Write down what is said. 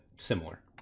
similar